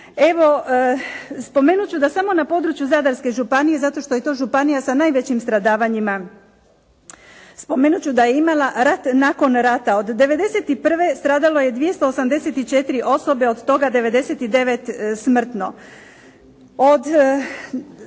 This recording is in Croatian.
Evo spomenut ću da samo na području Zadarske županije, zato što je to županija sa najvećim stradavanjima, spomenut ću da je imala rat nakon rata. Od '91. stradalo je 284 osobe, od toga 99 smrtno,